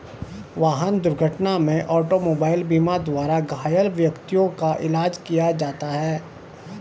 वाहन दुर्घटना में ऑटोमोबाइल बीमा द्वारा घायल व्यक्तियों का इलाज किया जाता है